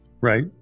Right